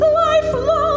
lifelong